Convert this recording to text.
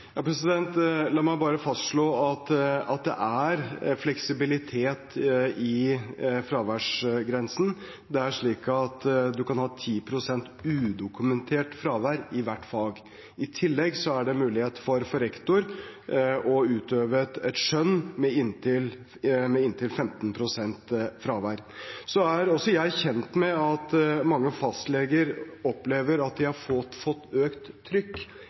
La meg bare fastslå at det er fleksibilitet i fraværsgrensen. Det er slik at man kan ha 10 pst. udokumentert fravær i hvert fag. I tillegg har rektor mulighet til å utøve skjønn med inntil 15 pst. fravær. Så er også jeg kjent med at mange fastleger opplever at de har fått økt trykk